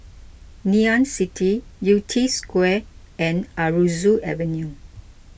Ngee Ann City Yew Tee Square and Aroozoo Avenue